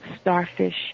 starfish